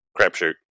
crapshoot